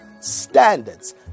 standards